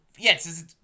Yes